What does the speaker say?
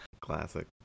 Classic